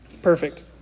Perfect